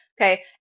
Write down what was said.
Okay